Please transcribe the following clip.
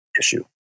issue